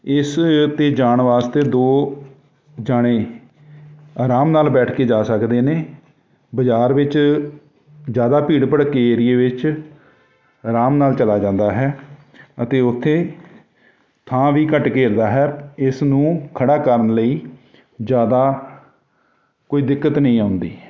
ਇਸ ਉੱਤੇ ਜਾਣ ਵਾਸਤੇ ਦੋ ਜਣੇ ਆਰਾਮ ਨਾਲ ਬੈਠ ਕੇ ਜਾ ਸਕਦੇ ਨੇ ਬਾਜ਼ਾਰ ਵਿੱਚ ਜ਼ਿਆਦਾ ਭੀੜ ਭੜੱਕੇ ਏਰੀਏ ਵਿੱਚ ਆਰਾਮ ਨਾਲ ਚਲਾ ਜਾਂਦਾ ਹੈ ਅਤੇ ਉੱਥੇ ਥਾਂ ਵੀ ਘੱਟ ਘੇਰਦਾ ਹੈ ਇਸ ਨੂੰ ਖੜਾ ਕਰਨ ਲਈ ਜ਼ਿਆਦਾ ਕੋਈ ਦਿੱਕਤ ਨਹੀਂ ਆਉਂਦੀ